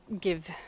give